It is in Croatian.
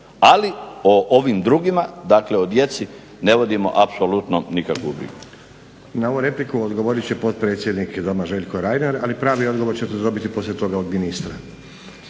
ovo o ovim drugima, dakle o djeci ne vodimo apsolutno nikakvu brigu.